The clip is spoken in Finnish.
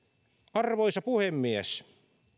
arvoisa puhemies